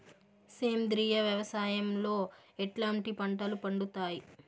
సేంద్రియ వ్యవసాయం లో ఎట్లాంటి పంటలు పండుతాయి